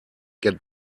get